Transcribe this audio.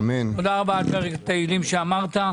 תודה רבה על פרק התהלים שאמרת.